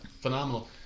phenomenal